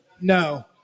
No